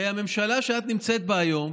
הרי הממשלה שאת נמצאת בה היום